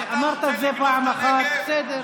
אמרת את זה פעם אחת, בסדר.